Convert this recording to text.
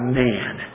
man